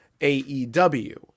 AEW